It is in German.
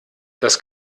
das